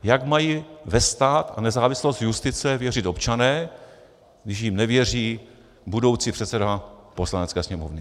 Jak mají ve stát a nezávislost justice věřit občané, když jim nevěří budoucí předseda Poslanecké sněmovny?